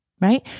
right